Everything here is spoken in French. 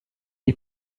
est